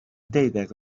deuddeg